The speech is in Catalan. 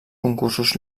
concursos